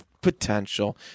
potential